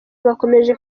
bakomeje